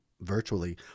virtually